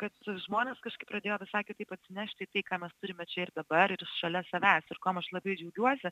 kad žmonės kažkaip pradėjo visai kitaip atsinešti tai ką mes turime čia ir dabar ir šalia savęs ir kuom aš labai džiaugiuosi